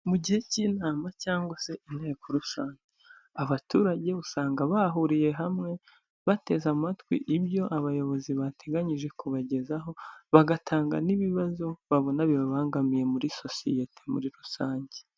Mu gihe cy'inama cyangwa se inteko rusange, abaturage usanga bahuriye hamwe bateze amatwi ibyo abayobozi bateganyije kubagezaho, bagatanga n'ibibazo babona bibabangamiye muri sosiyete muri rusange.